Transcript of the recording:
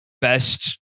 best